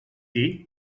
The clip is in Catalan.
dir